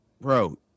Bro